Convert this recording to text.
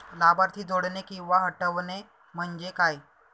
लाभार्थी जोडणे किंवा हटवणे, म्हणजे काय?